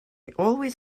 always